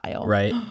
Right